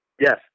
Yes